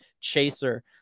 chaser